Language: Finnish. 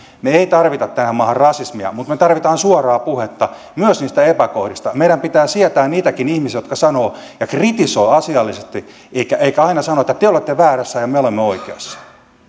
me emme tarvitse tähän maahan rasismia mutta me tarvitsemme suoraa puhetta myös niistä epäkohdista meidän pitää sietää niitäkin ihmisiä jotka sanovat ja kritisoivat asiallisesti eikä aina sanoa että te olette väärässä ja me olemme oikeassa